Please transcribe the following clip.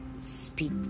speak